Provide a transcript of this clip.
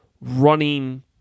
running